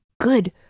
Good